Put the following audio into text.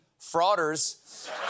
frauders